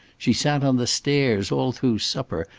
she sat on the stairs all through supper,